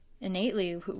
innately